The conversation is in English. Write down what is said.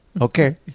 Okay